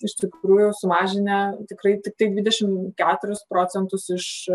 iš tikrųjų sumažinę tikrai tik tai dvidešim keturis procentus iš